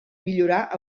millorar